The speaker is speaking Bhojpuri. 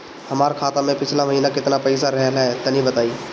हमार खाता मे पिछला महीना केतना पईसा रहल ह तनि बताईं?